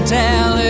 tell